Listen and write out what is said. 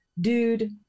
dude